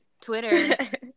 Twitter